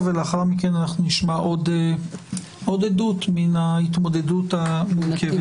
ולאחר מכן אנחנו נשמע עוד עדות מן ההתמודדות המורכבת.